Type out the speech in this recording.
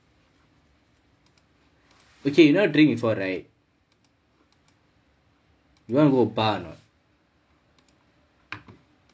okay you never drink before right you want go bar or not